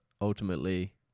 ultimately